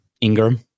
Ingram